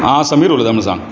हांव समीर उलयता म्हण सांग